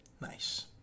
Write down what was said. Nice